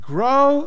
Grow